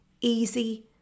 easy